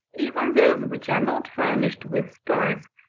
even those which are not furnished with spurs,